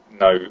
no